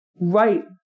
right